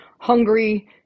hungry